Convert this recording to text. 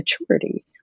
maturity